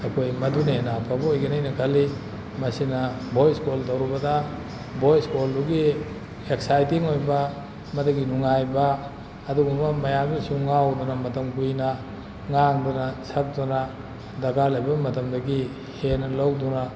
ꯑꯩꯈꯣꯏ ꯃꯗꯨꯅ ꯍꯦꯟꯅ ꯑꯐꯕ ꯑꯣꯏꯒꯅꯦꯅ ꯈꯜꯂꯤ ꯃꯁꯤꯅ ꯚꯣꯏꯁ ꯀꯣꯜ ꯇꯧꯔꯨꯕꯗ ꯚꯣꯏꯁ ꯀꯣꯜꯗꯨꯒꯤ ꯑꯦꯛꯁꯥꯏꯇꯤꯡ ꯑꯣꯏꯕ ꯃꯗꯨꯒꯤ ꯅꯨꯡꯉꯥꯏꯕ ꯑꯗꯨꯒꯨꯝꯕ ꯃꯌꯥꯝꯗ ꯁꯨꯝ ꯉꯥꯎꯗꯅ ꯃꯇꯝ ꯀꯨꯏꯅ ꯉꯥꯡꯗꯨꯅ ꯁꯛꯇꯨꯅ ꯗꯔꯀꯥꯔ ꯂꯩꯕ ꯃꯇꯝꯗꯒꯤ ꯍꯦꯟꯅ ꯂꯧꯗꯨꯅ